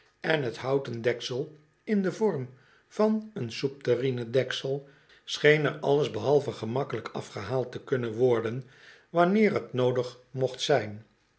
en het houten deksel in den vorm van een soepterrine deksel scheen er alles behalve gemakkelijk afgehaald te kunnen worden wanneer t noodig mocht zijn